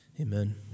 Amen